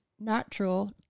natural